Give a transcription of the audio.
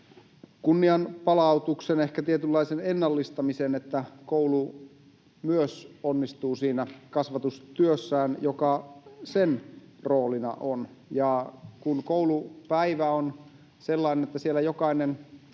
kunnianpalautuksen, ehkä tietynlaisen ennallistamisen, että myös koulu onnistuu siinä kasvatustyössään, joka sen roolina on. Kun koulupäivä on sellainen, että siellä jokainen